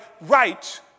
right